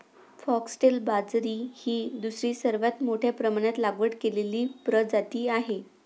foxtail बाजरी ही दुसरी सर्वात मोठ्या प्रमाणात लागवड केलेली प्रजाती आहे